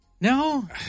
No